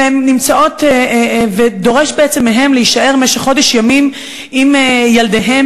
זה דורש מהן להישאר חודש ימים עם ילדיהן